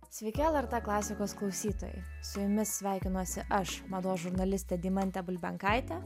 sveiki lrt klasikos klausytojai su jumis sveikinuosi aš mados žurnalistė deimantė bulbenkaitė